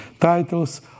titles